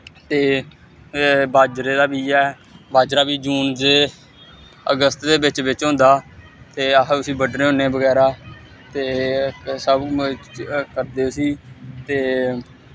ते बाजरे दा बी इ'यै बाजरा बी जून च अगस्त दे बिच्च बिच्च होंदा ते अस उस्सी बड्डने होन्ने बगैरा ते सब मतल किश करदे उस्सी ते